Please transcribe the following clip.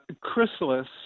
Chrysalis